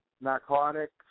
narcotics